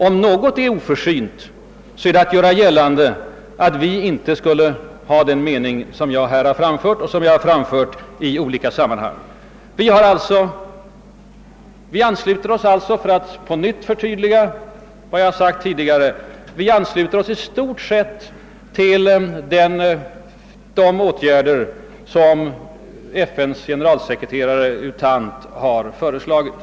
Om något är oförsynt, är det antydningen att vi inte skulle ha den mening som jag framfört i denna debatt och i andra sammanhang. För att på nytt förtydliga vad jag i andra sammanhang framhållit vill jag deklarera, att vi i stort sett ansluter oss till de åtgärder, som FN:s generalsekreterare U Thant föreslagit och verkat för.